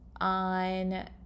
on